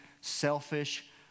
selfish